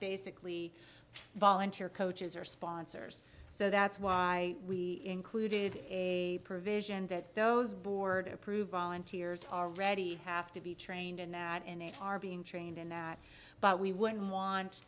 basically volunteer coaches or sponsors so that's why we included a provision that those board approved volunteers are ready have to be trained in that n h are being trained in that but we would want